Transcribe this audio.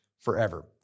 forever